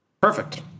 Perfect